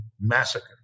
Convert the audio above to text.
massacre